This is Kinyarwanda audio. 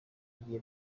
igiye